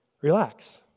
Relax